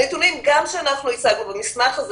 הנתונים גם שאנחנו הצגנו במסמך הזה